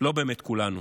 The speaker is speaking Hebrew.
לא באמת כולנו.